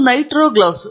ಇವು nitro gloves